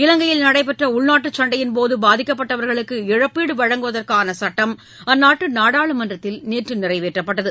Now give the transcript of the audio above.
இலங்கையில் நடைபெற்றஉள்நாட்டுச் சண்டையின்போதுபாதிக்கப்பட்டவர்களுக்கு இழப்பீடுவழங்குவதற்கானசட்டம் அந்நாட்டுநாடாளுமன்றத்தில் நேற்றுநிறைவேற்றப்பட்டது